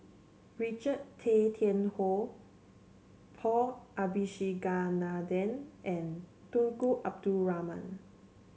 Richard Tay Tian Hoe Paul Abisheganaden and Tunku Abdul Rahman